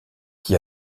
qui